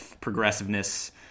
progressiveness